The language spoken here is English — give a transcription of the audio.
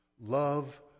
Love